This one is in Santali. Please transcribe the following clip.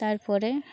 ᱛᱟᱨᱯᱚᱨᱮ